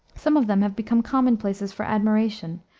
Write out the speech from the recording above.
some of them have become commonplaces for admiration,